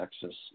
Texas